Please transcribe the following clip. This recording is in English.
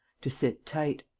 to sit tight.